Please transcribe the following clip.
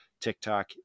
TikTok